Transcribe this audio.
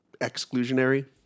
exclusionary